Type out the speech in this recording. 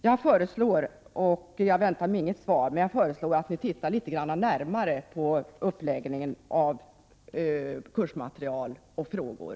Jag föreslår — men jag väntar mig inget svar — att ni i kommunikationsdepartementet tittar litet grand närmare på uppläggningen av kursmaterial och frågor.